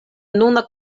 nuna